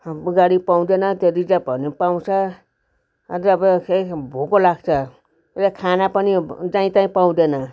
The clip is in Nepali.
गाडी पाउँदैन त्यो रिजर्भ हो भने पाउँछ भोक लाग्छ खाना पनि अब जहीँ तहीँ पाउँदैन